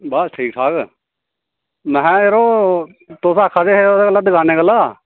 बस ठीक ठाक में हां यरो तुस आक्खा दे ओह्दे बधाने गल्ला